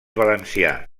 valencià